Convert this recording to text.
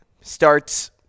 starts